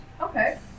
Okay